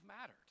mattered